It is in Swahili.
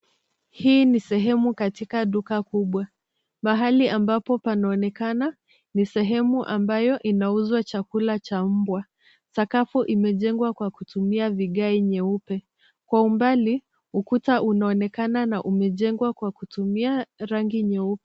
Hii ni sehemu katika duka kubwa. Mahali ambapo panaonekana ni sehemu ambayo inauzwa chakula cha mbwa. Sakafu imejengwa kwa kutumia vigae nyeupe. Kwa umbali, ukuta unaonekana na umejengwa kwa kutumia rangi nyeupe.